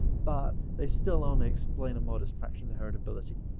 but they still only explain a modest fraction of the heritability.